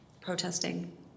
protesting